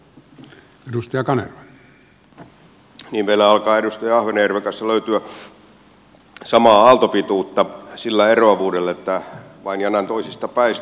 niin meillä alkaa edustaja ahvenjärven kanssa löytyä samaa aaltopituutta sillä eroavuudella että vain janan toisista päistä